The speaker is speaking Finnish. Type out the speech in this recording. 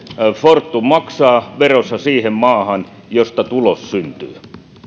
fortum maksaa veronsa siihen maahan josta tulos syntyy